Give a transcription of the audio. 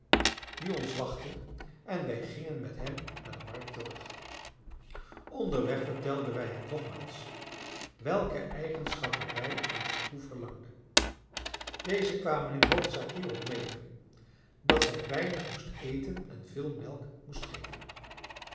die ons wachtte en wij gingen met hem naar de markt terug onderweg vertelden wij hem nogmaals welke eigenschappen wij in onze koe verlangden deze kwamen in hoofdzaak hierop neder dat zij weinig moest eten en veel melk moest geven